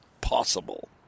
possible